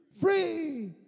Free